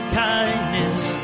kindness